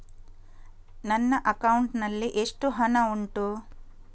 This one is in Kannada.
ನನ್ನ ಅಕೌಂಟ್ ನಲ್ಲಿ ಎಷ್ಟು ಹಣ ಉಂಟು?